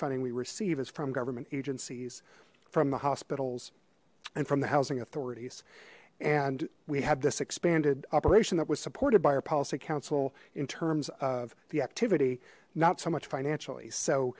funding we receive is from government agencies from the hospitals and from the housing authorities and we had this expanded operation that was supported by our policy council in terms of the activity not so much financially so